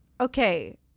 okay